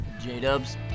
J-Dubs